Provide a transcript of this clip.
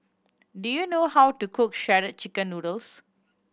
do you know how to cook Shredded Chicken Noodles